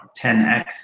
10X